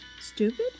stupid